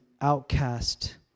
outcast